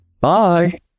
Bye